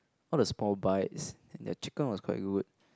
all the small bites and their chicken was quite good